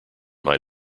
might